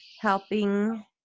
helping